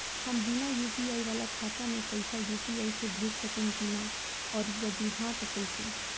हम बिना यू.पी.आई वाला खाता मे पैसा यू.पी.आई से भेज सकेम की ना और जदि हाँ त कईसे?